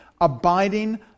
abiding